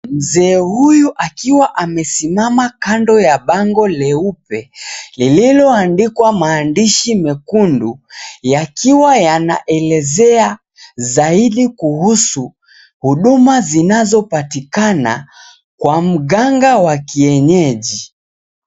Mzee huyu akiwa amesimama kando ya bango leupe .Lililoandikwa maandishi mekundu. Yakiwa yanaelezea zaidi kuhusu huduma zinazopatikana kwa mganga wakienyeji.